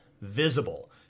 visible